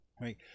right